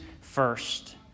first